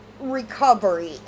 recovery